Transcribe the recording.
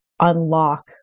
unlock